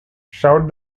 shout